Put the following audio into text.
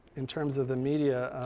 in terms of the media,